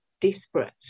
desperate